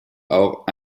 auch